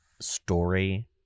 story